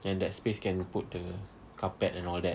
and that space can put the carpet and all that